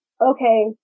okay